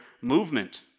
movement